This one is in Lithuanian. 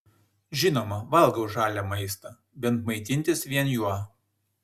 žinoma valgau žalią maistą bent maitintis vien juo